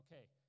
Okay